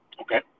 Okay